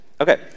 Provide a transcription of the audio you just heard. Okay